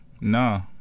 No